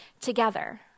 together